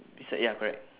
beside ya correct